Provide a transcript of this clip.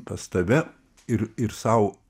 pas tave ir ir sau